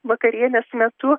vakarienės metu